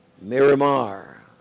Miramar